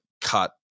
cut